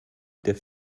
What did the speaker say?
der